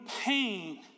pain